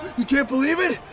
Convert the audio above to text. you can't believe it?